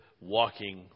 walking